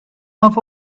half